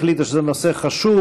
החליטה שזה נושא חשוב,